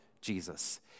Jesus